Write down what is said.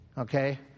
Okay